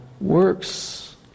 works